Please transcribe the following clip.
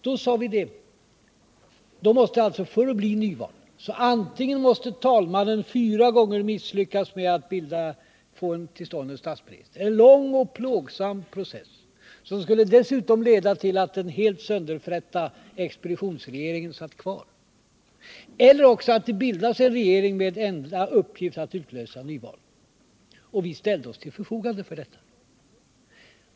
Då sade vi, att det för att det skulle bli nyval antingen skulle krävas att talmannen fyra gånger skulle misslyckas med att få en statsminister vald — en lång och plågsam process, som dessutom skulle leda till att den helt sönderfrätta expeditionsregeringen hade fått sitta kvar — eller också att det bildades en regering med den enda uppgiften att utlysa nyval. Vi ställde oss till förfogande för detta.